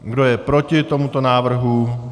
Kdo je proti tomuto návrhu?